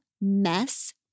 Mess